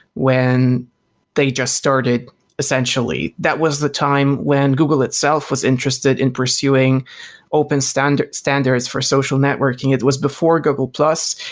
when they just started essentially. that was the time when google itself was interested in pursuing open standards standards for social networking. it was before google plus.